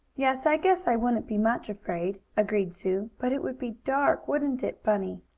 yes, i guess i wouldn't be much afraid, agreed sue. but it would be dark wouldn't it, bunny?